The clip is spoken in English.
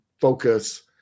focus